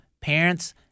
parents